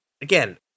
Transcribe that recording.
again